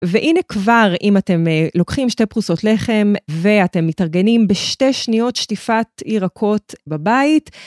והנה כבר, אם אתם לוקחים שתי פרוסות לחם, ואתם מתארגנים בשתי שניות שטיפת ירקות בבית.